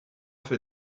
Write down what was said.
fait